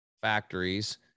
factories